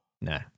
No